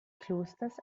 klosters